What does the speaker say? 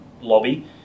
lobby